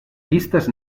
llistes